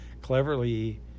cleverly